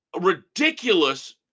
ridiculous